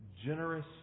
generous